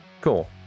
cool